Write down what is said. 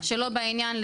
שלא בעניין,